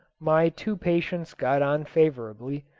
my two patients got on favourably,